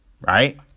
Right